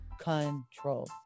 control